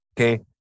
Okay